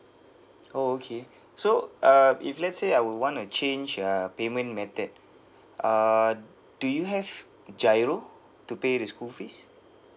oh okay so uh if let's say I would want to change uh payment method uh do you have giro to pay the school fees